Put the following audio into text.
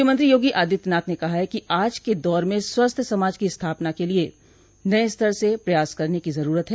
मुख्यमंत्री योगी आदित्यनाथ ने कहा है कि आज के दौर में स्वस्थ समाज की स्थापना के लिये नये स्तर से प्रयास करने की जरूरत है